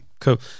Cool